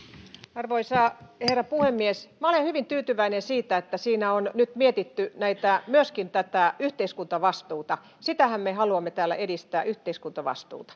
arvoisa herra puhemies minä olen hyvin tyytyväinen siitä että siinä on nyt mietitty myöskin yhteiskuntavastuuta sitähän me haluamme täällä edistää yhteiskuntavastuuta